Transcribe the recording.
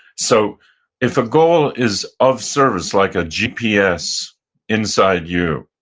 so if a goal is of service like a gps inside you,